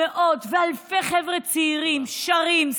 מאות ואלפי חבר'ה צעירים שרים,